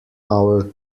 hour